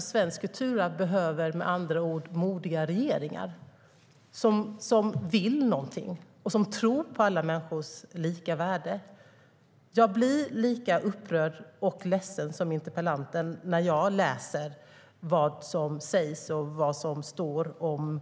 Svenskt kulturarv behöver med andra ord modiga regeringar som vill någonting och som tror på alla människors lika värde. Jag blir lika upprörd och ledsen som interpellanten när jag läser vad som sägs och vad som står om